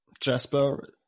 Jasper